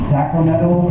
Sacramento